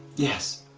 yes,